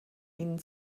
ihnen